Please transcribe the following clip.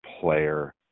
player